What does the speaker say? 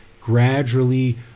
gradually